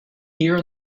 here